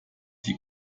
die